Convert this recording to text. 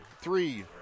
three